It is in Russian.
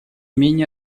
менее